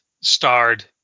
starred